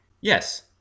yes